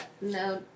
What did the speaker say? No